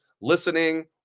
listening